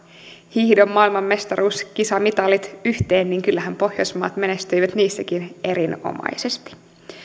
hiihdon maailmanmestaruuskisamitalit yhteen niin kyllähän pohjoismaat menestyivät niissäkin erinomaisesti